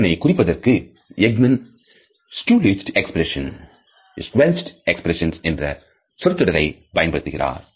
இதனை குறிப்பதற்கு Ekman "squelched expressions" squelch expression என்ற சொற்றொடரை பயன்படுத்துகிறார்